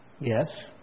Yes